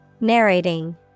Narrating